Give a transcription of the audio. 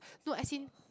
no as in